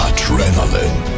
Adrenaline